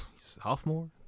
Sophomore